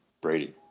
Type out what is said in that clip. Brady